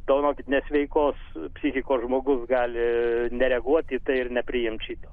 dovanokit nesveikos psichikos žmogus gali nereaguoti į tai ir nepriimti šito